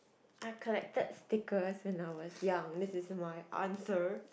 I collect stickers when I was young this is my answer